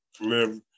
live